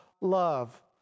love